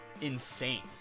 insane